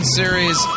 series